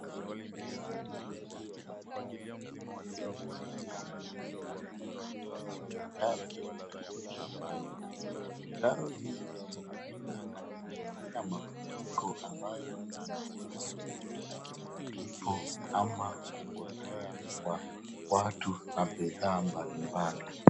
Ni muhimu sana sisi kama wananchi kuhakikisha kwamba serikali wametengeza mitaro ya kuteremsha maji. Mitaro hizo zinauwezo za kuzuia mafariko ambayo yanasababisha kifo ama kupotea kwa watu na bidhaa mbalimbali.